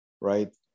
right